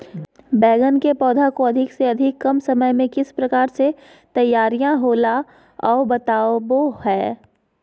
बैगन के पौधा को अधिक से अधिक कम समय में किस प्रकार से तैयारियां होला औ बताबो है?